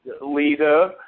leader